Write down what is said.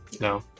No